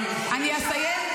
סליחה,